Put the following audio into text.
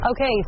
Okay